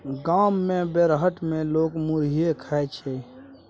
गाम मे बेरहट मे लोक मुरहीये खाइ छै